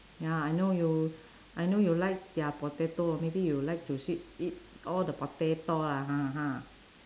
ya I know you I know you like their potato maybe you like to sweet eat all the potato lah ha ha